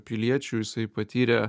piliečiu jisai patyrė